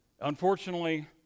Unfortunately